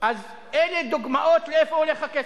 אז אלה דוגמאות לאיפה הולך הכסף.